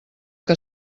que